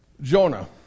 Jonah